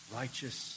righteous